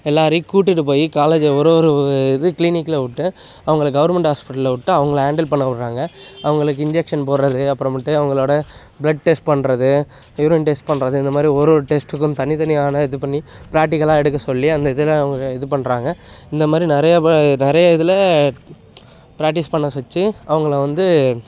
எல்லாரையும் கூட்டிகிட்டு போய் காலேஜில் ஒரு ஒரு இது க்ளீனிக்கில விட்டு அவங்கள கவுர்மெண்ட் ஹாஸ்பிட்டலில் விட்டு அவங்கள ஹாண்டில் பண்ண விட்றாங்க அவங்களுக்கு இன்ஜெக்ஷன் போடுறது அப்புறமேட்டு அவங்களோட ப்ளட் டெஸ்ட் பண்ணுறது யூரின் டெஸ்ட் பண்ணுறது இந்த மாதிரி ஒரு ஒரு டெஸ்ட்டுக்கும் தனித்தனியான இது பண்ணி ப்ராட்டிக்கலாக எடுக்க சொல்லி அந்த இதில் அவங்க இது பண்ணுறாங்க இந்த மாதிரி நிறைய ப நிறைய இதில் ப்ராக்டிஸ் பண்ண வச்சு அவங்கள வந்து